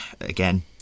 again